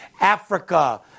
Africa